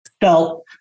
felt